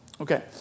Okay